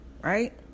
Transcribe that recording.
right